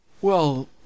Well